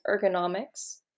ergonomics